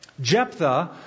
Jephthah